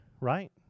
right